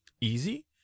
easy